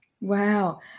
Wow